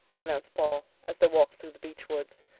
announced paul, as they walked through the beech woods.